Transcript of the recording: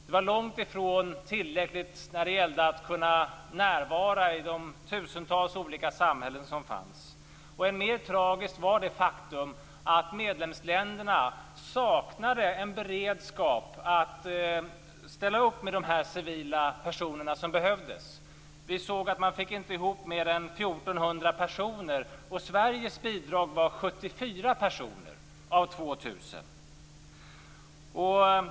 De var långt ifrån tillräckligt många för att kunna närvara i de tusentals olika samhällen som fanns. Än mer tragiskt var det faktum att medlemsländerna saknade en beredskap att ställa upp med de civila personer som behövdes. Vi såg att man inte fick ihop mer än 1 400 personer. Och Sverige bidrag var 74 personer, av 2 000.